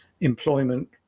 employment